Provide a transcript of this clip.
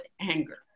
anger